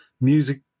music